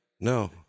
No